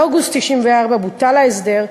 ובאוגוסט 1994 בוטל ההסדר,